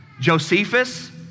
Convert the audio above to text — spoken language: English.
Josephus